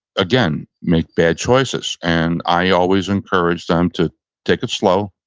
again, make bad choices and i always encourage them to take it slow.